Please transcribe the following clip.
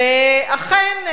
אכן,